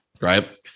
right